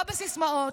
לא בסיסמאות,